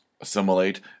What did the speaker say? assimilate